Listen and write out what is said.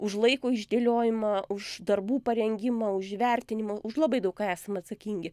už laiko išdėliojimą už darbų parengimą už įvertinimą už labai daug ką esam atsakingi